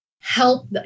help